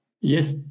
yes